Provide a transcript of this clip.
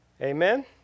Amen